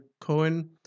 Cohen